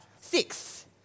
six